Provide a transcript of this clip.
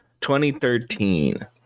2013